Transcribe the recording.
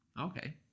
Okay